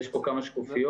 יש פה כמה שקופיות.